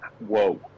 whoa